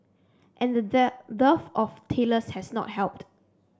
and the dead dearth of tailors has not helped